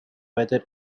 whether